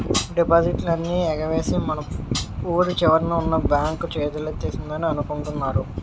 డిపాజిట్లన్నీ ఎగవేసి మన వూరి చివరన ఉన్న బాంక్ చేతులెత్తేసిందని అనుకుంటున్నారు